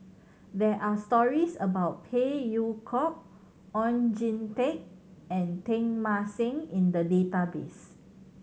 there are stories about Phey Yew Kok Oon Jin Teik and Teng Mah Seng in the database